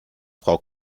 frau